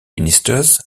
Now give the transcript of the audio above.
ministers